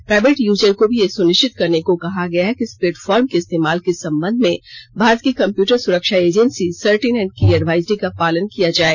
private user को भी यह सुनिश्चित करने को कहा गया है कि इस प्लेटफॉर्म के इस्तेमाल के संबंध में भारत की कम्प्युटर सुरक्षा एजेंसी सर्ट इन की एडवाइजरी का पालन किया जाए